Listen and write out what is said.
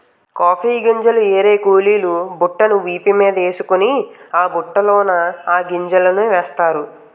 coffee గింజల్ని ఏరే కూలీలు బుట్టను వీపు మీదేసుకొని ఆ బుట్టలోన ఆ గింజలనేస్తారు